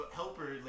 helper